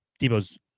Debo's